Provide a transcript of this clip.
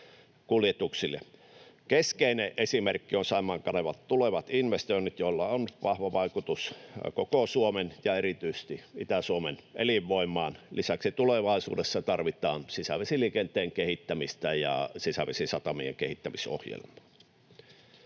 Keskeinen esimerkki on Saimaan kanavan tulevat investoinnit, joilla on vahva vaikutus koko Suomen ja erityisesti Itä-Suomen elinvoimaan. Lisäksi tulevaisuudessa tarvitaan sisävesiliikenteen kehittämistä ja sisävesisatamien kehittämisohjelma.